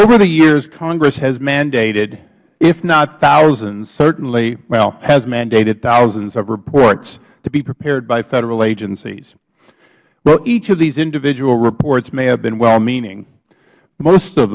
over the years congress has mandated if not thousands certainly well has mandated thousands or reports to be prepared by federal agencies while each of these individual reports may have been well meaning most of